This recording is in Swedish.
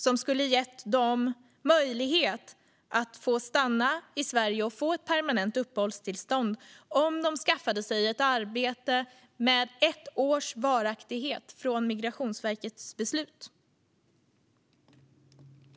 Den skulle ha gett dem möjlighet att stanna i Sverige och få ett permanent uppehållstillstånd om de skaffade sig ett arbete med ett års varaktighet från Migrationsverkets beslut.